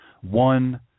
One